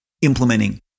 implementing